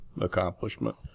accomplishment